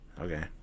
Okay